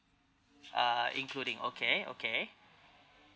ah including okay okay